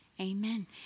Amen